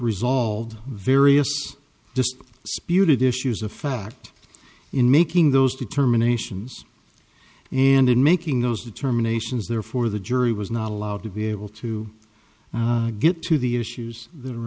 resolved various just spewed issues of fact in making those determinations and in making those determinations therefore the jury was not allowed to be able to get to the issues that are